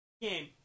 game